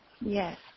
Yes